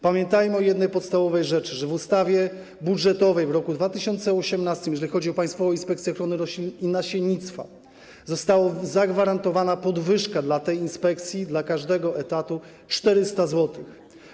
Pamiętajmy o jednej podstawowej rzeczy: w ustawie budżetowej w roku 2018, jeżeli chodzi o Państwową Inspekcję Ochrony Roślin i Nasiennictwa, została zagwarantowana podwyżka dla tej inspekcji dla każdego etatu w wysokości 400 zł.